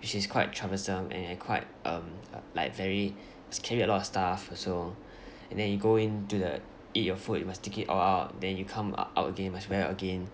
which is quite troublesome and then quite um like very must carry a lot of stuff also and then you go into the eat your food you must take it all out then you come out again must wear it again